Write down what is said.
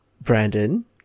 Brandon